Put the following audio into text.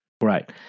Right